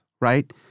Right